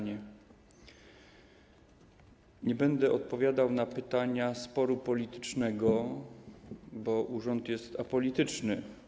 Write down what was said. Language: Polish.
Nie będę odpowiadał na pytania dotyczące sporu politycznego, bo urząd jest apolityczny.